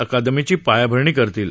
अकादमीची पायाभरणी करतील